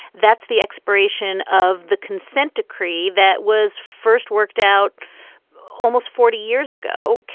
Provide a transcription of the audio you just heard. that's the expiration of the consent decree that was first worked out almost forty years ago.